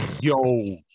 Yo